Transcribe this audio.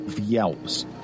yelps